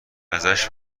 ازش